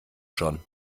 schon